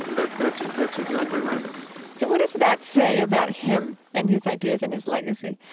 that that's that's exactly right so what does that say about him and his ideas and his legacy?